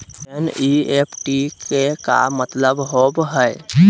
NEFT के का मतलव होव हई?